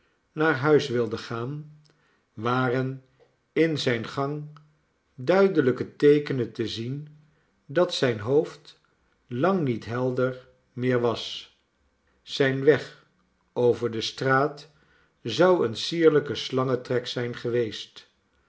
naar huis wilde gaan waren in zijn gang duidelijke teekenen te zien dat zijn hoofd lang niet helder meer was zijn weg over de straat zou een sierlijke slangentrek zijn geweest